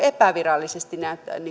epävirallisesti